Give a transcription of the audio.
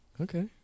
Okay